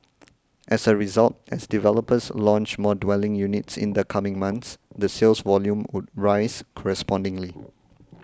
as a result as developers launch more dwelling units in the coming months the sales volume would rise correspondingly